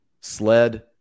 sled